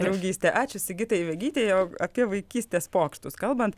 draugystė ačiū sigitai vegytei o apie vaikystės pokštus kalbant